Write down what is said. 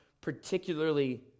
particularly